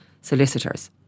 solicitors